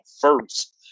first